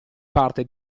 parte